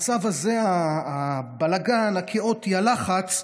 שבמצב הזה, הבלגן הכאוטי, הלחץ,